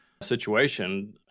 situation